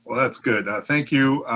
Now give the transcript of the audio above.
that's good. thank you.